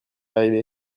arrivé